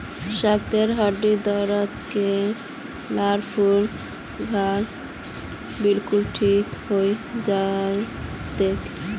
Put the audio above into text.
साकेतेर हड्डीर दर्द केलार फूल खा ल बिलकुल ठीक हइ जै तोक